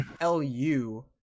L-U